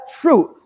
truth